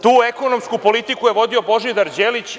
Tu ekonomsku politiku je vodio Božidar Đelić.